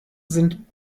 sind